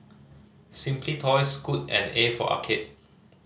Simply Toys Scoot and A for Arcade